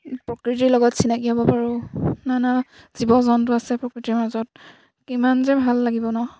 প্ৰকৃতিৰ লগত চিনাকি হ'ব পাৰোঁ নানা জীৱ জন্তু আছে প্ৰকৃতিৰ মাজত কিমান যে ভাল লাগিব নহ্